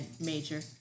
major